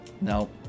No